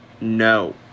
No